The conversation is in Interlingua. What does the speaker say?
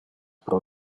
pro